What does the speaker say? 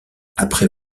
après